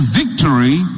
victory